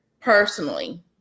personally